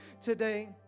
today